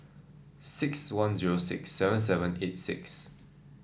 six one zero six seven seven eight six